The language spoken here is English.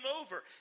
over